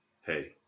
hey